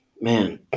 Man